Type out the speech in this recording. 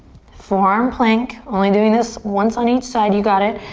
forearm plank. only doing this once on each side, you got it.